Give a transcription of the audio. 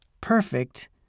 perfect